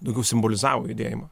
daugiau simbolizavo judėjimą